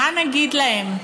מה נגיד להם: